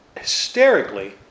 hysterically